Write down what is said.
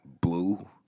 blue